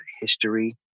history